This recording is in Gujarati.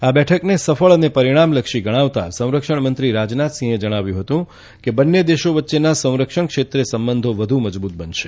આ બેઠકને સફળ અને પરિણામલક્ષી ગણાવતાં સંરક્ષમંત્રી રાજનાથસિંહે જણાવ્યું હતું કે બન્ને દેશો વચ્ચેના સંરક્ષણ ક્ષેત્રે સંબંધો વધુ મજબૂત બનશે